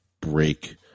break